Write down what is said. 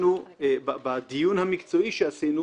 בדיון המקצועי שעשינו,